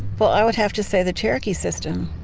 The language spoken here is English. well i would have to say the cherokee system.